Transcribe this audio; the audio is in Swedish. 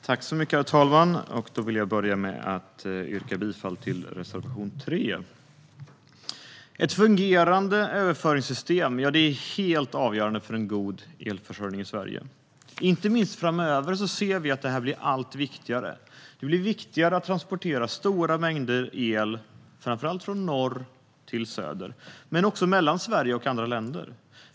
Herr talman! Jag vill börja med att yrka bifall till reservation 3. Ett fungerande överföringssystem är helt avgörande för en god elförsörjning i Sverige. Inte minst framöver ser vi att detta blir allt viktigare. Det blir viktigare att transportera stora mängder el, framför allt från norr till söder men också mellan Sverige och andra länder.